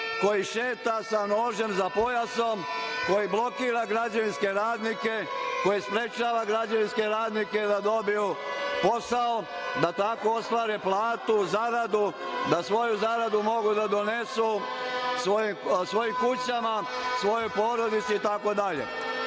koji šeta sa nožem za pojasom, koji sprečava građevinske radnike da dobiju posao, da tako ostvare platu, zaradu, da svoju zaradu mogu da donesu svojim kućama, svojoj porodici itd.